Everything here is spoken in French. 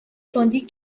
tandis